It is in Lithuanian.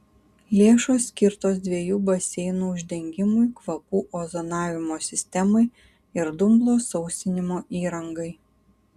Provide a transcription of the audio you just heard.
lėšos skirtos dviejų baseinų uždengimui kvapų ozonavimo sistemai ir dumblo sausinimo įrangai